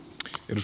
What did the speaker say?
jos